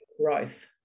growth